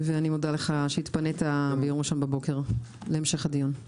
ואני מודה לך שהתפנית ביום ראשון בבוקר להמשך הדיון.